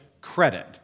credit